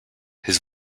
his